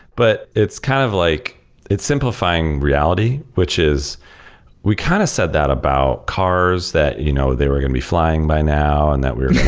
but it's kind of like it's simplifying reality, which is we kind of said that about cars that you know they were going to be flying by now and that we're